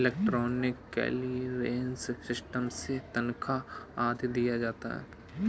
electronic clearance system से तनख्वा आदि दिया जाता है